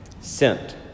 sent